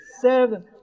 seven